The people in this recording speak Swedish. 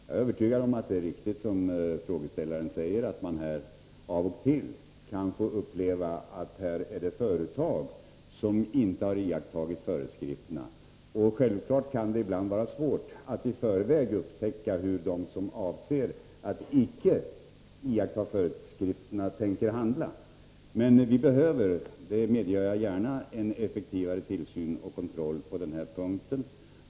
Jag är övertygad om att det är riktigt, som frågeställaren här säger, att man av och till kan få uppleva att det finns företag som inte har iakttagit föreskrifterna. Självfallet kan det ibland vara svårt att i förväg upptäcka hur de som avser att icke iaktta föreskrifterna tänker handla. Men jag medger gärna att vi behöver effektivare tillsyn och kontroll på denna punkt.